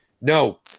No